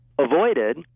avoided